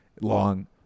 Long